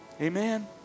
Amen